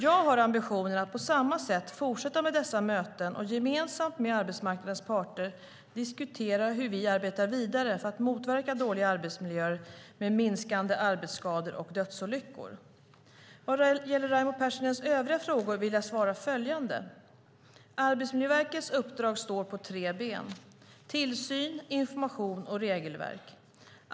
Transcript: Jag har ambitionen att på samma sätt fortsätta med dessa möten och gemensamt med arbetsmarknadens parter diskutera hur vi arbetar vidare för att motverka dåliga arbetsmiljöer med minskande arbetsskador och dödsolyckor. Vad gäller Raimo Pärssinens övriga frågor vill jag svara följande. Arbetsmiljöverkets uppdrag står på tre ben: Tillsyn, information och regelverk.